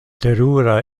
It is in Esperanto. terura